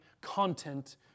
content